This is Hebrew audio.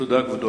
תודה, כבודו.